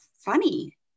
funny